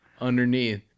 Underneath